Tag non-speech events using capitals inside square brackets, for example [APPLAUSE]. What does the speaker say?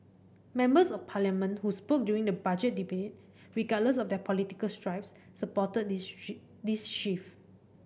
members of Parliament who spoke during the Budget debate regardless of their political stripes supported this [UNINTELLIGIBLE] this shift